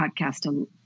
podcast